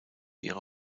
ihre